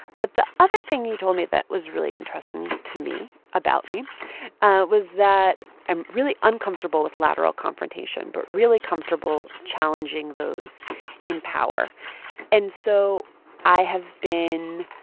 but the other thing he told me that was really interesting to me about me was that i'm really uncomfortable with lateral confrontation but really comfortable challenging those in power and so i have been